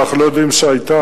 ואנחנו לא יודעים שהיתה,